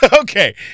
Okay